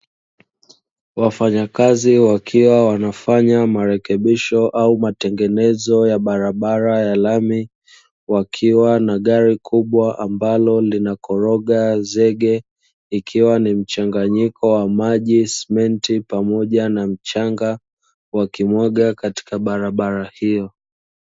Wafanyakazi wakiwa wanafanya marekebisho au matengenezo ya barabara ya lami. Wakiwa na gari kubwa ambalo linakoroga zege, ikiwa ni mchanganyiko wa: maji, simenti pamoja na mchanga; wakimwaga katika barabara hiyo.